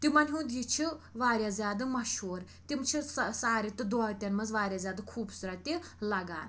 تِمَن ہُنٛد یہِ چھُ واریاہ زیادٕ مَشہوٗر تِم چھِ سا سارِ تہِ دوتیٚن مَنٛز واریاہ زیادٕ خوٗبصوٗرَت تہِ لَگان